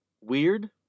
Weird